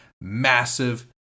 Massive